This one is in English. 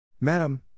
Madam